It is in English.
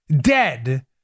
dead